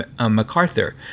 MacArthur